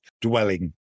dwelling